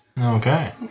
Okay